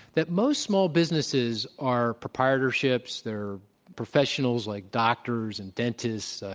that most small businesses are proprietorships, they're professionals like doctors and dentists,